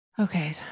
Okay